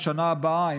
בשנה הבאה,